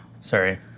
Sorry